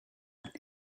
rydw